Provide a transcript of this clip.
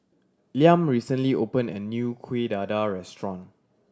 Liam recently opened a new Kuih Dadar restaurant